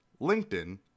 LinkedIn